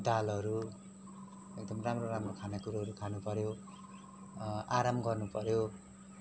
दालहरू एकदम राम्रो राम्रो खानेकुरोहरू खानु पऱ्यो आराम गर्नु पऱ्यो